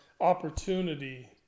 opportunity